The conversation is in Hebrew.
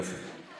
יופי.